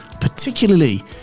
particularly